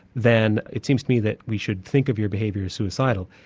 then it seems to me that we should think of your behaviour as suicidal.